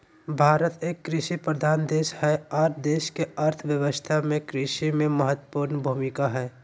भारत एक कृषि प्रधान देश हई आर देश के अर्थ व्यवस्था में कृषि के महत्वपूर्ण भूमिका हई